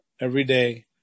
everyday